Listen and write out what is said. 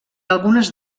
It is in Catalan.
algunes